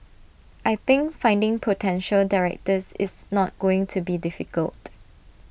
I think finding potential directors is not going to be difficult